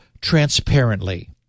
transparently